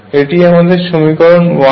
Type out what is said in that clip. এটি আমাদের সমীকরণ 1